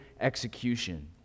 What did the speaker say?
execution